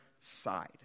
side